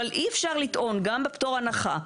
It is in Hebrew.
אבל אי אפשר לטעון גם בפטור הנחה,